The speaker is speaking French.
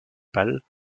pâle